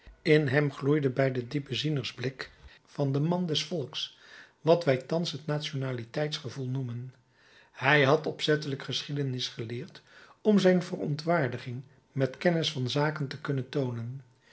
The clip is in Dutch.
in hem gloeide bij den diepen zienersblik van den man des volks wat wij thans het nationaliteitsgevoel noemen hij had opzettelijk geschiedenis geleerd om zijn verontwaardiging met kennis van zaken te kunnen toonen